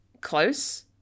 close